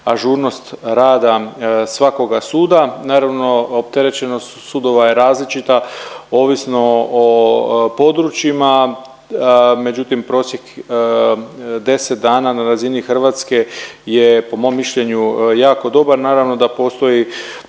ažurnost rada svakoga suda. Naravno opterećenost sudova je različita ovisno o područjima, međutim prosjek 10 dana na razini Hrvatske je po mom mišljenju jako dobar. Naravno da postoji